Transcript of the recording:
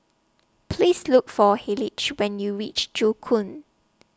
Please Look For Hayleigh when YOU REACH Joo Koon